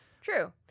True